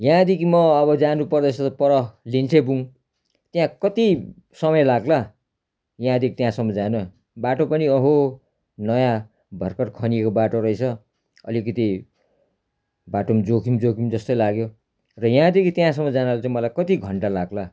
यहाँदेखि म अब जानु पर्दैछ त पर लिङ्सेबुङ त्यहाँ कति समय लाग्ला यहाँदेखि त्यहाँसम्म जान बाटो पनि अहो नयाँ भर्खर खनिएको बाटो रहेछ अलिकति बाटो पनि जोखिम जोखिम जस्तो लाग्यो र यहाँदेखि त्यहाँसम्म जानलाई चाहिँ मलाई कति घन्टा लाग्ला